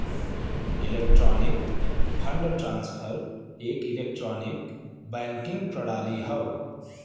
electronic fund transfer एक electronic banking प्रणाली हौ